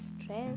stress